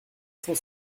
cent